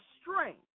strength